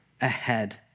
ahead